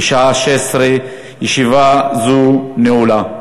בשעה 16:00. ישיבה זו נעולה.